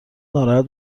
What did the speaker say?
ناراحت